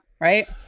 Right